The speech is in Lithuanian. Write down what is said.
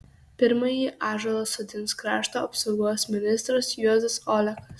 pirmąjį ąžuolą sodins krašto apsaugos ministras juozas olekas